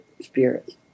spirits